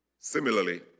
Similarly